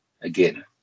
again